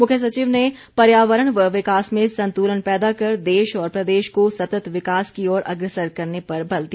मुख्य सचिव ने पर्यावरण व विकास में संतुलन पैदा कर देश और प्रदेश को सत्त विकास की ओर अग्रसर करने पर बल दिया